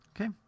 okay